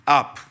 up